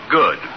good